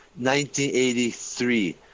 1983